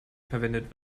verwendet